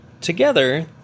Together